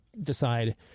decide